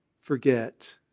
forget